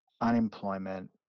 unemployment